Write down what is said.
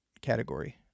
category